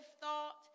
thought